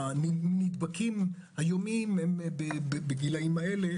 מהמודבקים היומיים הם בגילאים האלה,